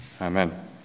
Amen